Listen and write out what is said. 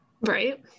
Right